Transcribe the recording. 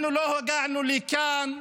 אנחנו לא הגענו לכאן,